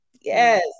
Yes